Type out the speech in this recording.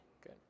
Good